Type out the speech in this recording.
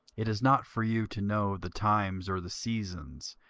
it is not for you to know the times or the seasons,